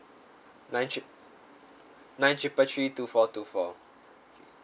nine tri~ nine triple three two four two four